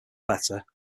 better